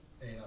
Hey